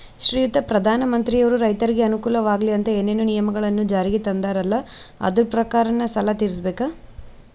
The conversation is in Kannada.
ಶ್ರೀಯುತ ಪ್ರಧಾನಮಂತ್ರಿಯವರು ರೈತರಿಗೆ ಅನುಕೂಲವಾಗಲಿ ಅಂತ ಏನೇನು ನಿಯಮಗಳನ್ನು ಜಾರಿಗೆ ತಂದಾರಲ್ಲ ಅದರ ಪ್ರಕಾರನ ಸಾಲ ತೀರಿಸಬೇಕಾ?